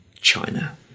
China